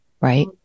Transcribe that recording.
right